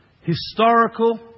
Historical